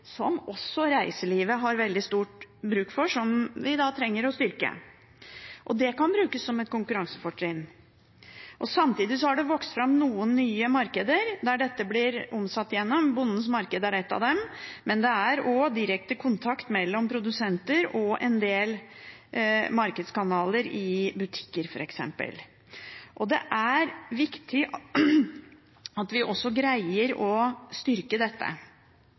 som også reiselivet har veldig stor bruk for, som vi trenger å styrke. Det kan brukes som et konkurransefortrinn. Samtidig har det vokst fram noen nye markeder der dette blir omsatt – Bondens marked er et av dem – men det er også direkte kontakt mellom produsenter og en del markedskanaler i butikker, f.eks. Det er viktig at vi også greier å styrke dette.